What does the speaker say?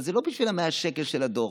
אבל זה לא בשביל ה-100 שקל של הדוח.